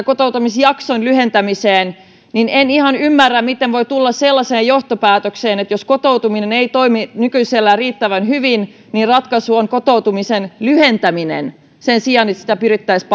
kotoutumisjakson lyhentämiseen en ihan ymmärrä miten voi tulla sellaiseen johtopäätökseen että jos kotoutuminen ei toimi nykyisellään riittävän hyvin niin ratkaisu on kotoutumisen lyhentäminen sen sijaan että sitä pyrittäisiin